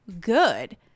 good